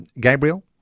Gabriel